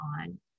on